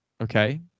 Okay